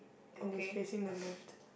and is facing the left